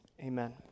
Amen